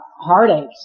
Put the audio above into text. heartaches